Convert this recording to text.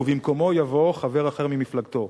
ובמקומו יבוא חבר אחר ממפלגתו.